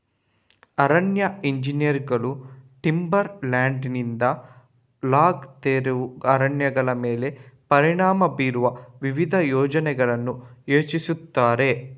ಅರಣ್ಯ ಎಂಜಿನಿಯರುಗಳು ಟಿಂಬರ್ ಲ್ಯಾಂಡಿನಿಂದ ಲಾಗ್ ತೆರವು ಅರಣ್ಯಗಳ ಮೇಲೆ ಪರಿಣಾಮ ಬೀರುವ ವಿವಿಧ ಯೋಜನೆಗಳನ್ನು ಯೋಜಿಸುತ್ತಾರೆ